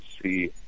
see